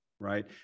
right